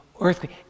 earthquake